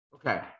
Okay